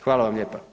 Hvala vam lijepa.